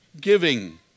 giving